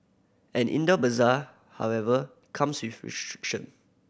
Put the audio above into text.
an indoor bazaar however comes with